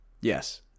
Yes